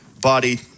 body